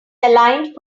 aligned